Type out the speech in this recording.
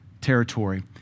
territory